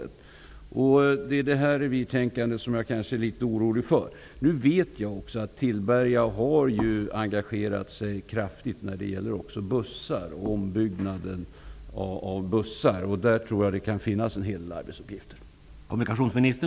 Det är detta revirtänkande jag är litet orolig för. Jag vet att Tillberga har engagerat sig kraftigt när det gäller ombyggnad av bussar. Där kan det finnas en hel del arbetsuppgifter.